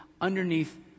underneath